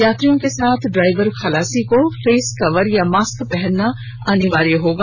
यात्रियों के साथ ड्राइवर खलासी को फेस कवर या मास्क पहनना जरूरी होगा